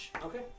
Okay